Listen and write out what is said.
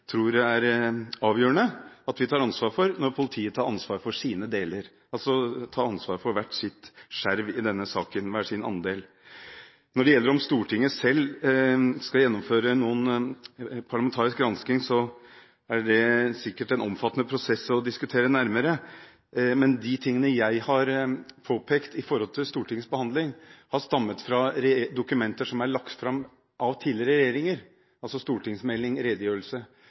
tror det er avgjørende at vi tar ansvar for når politiet tar ansvar for sin del – altså at vi tar ansvar for hver vår del i denne saken. Om Stortinget selv skal gjennomføre en parlamentarisk gransking, er det sikkert en omfattende prosess å diskutere nærmere. De tingene jeg har påpekt med hensyn til Stortingets behandling, har stammet fra dokumenter som er lagt fram av tidligere regjeringer – altså stortingsmelding og redegjørelse.